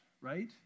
right